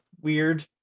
weird